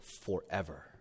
forever